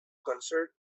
concert